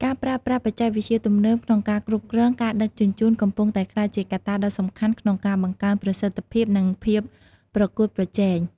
ការប្រើប្រាស់បច្ចេកវិទ្យាទំនើបក្នុងការគ្រប់គ្រងការដឹកជញ្ជូនកំពុងតែក្លាយជាកត្តាដ៏សំខាន់ក្នុងការបង្កើនប្រសិទ្ធភាពនិងភាពប្រកួតប្រជែង។